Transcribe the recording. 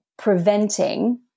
preventing